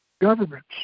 governments